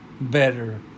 better